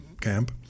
camp